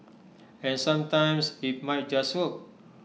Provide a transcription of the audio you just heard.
and sometimes IT might just work